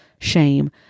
shame